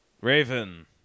Raven